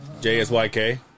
J-S-Y-K